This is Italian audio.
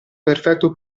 perfetto